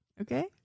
okay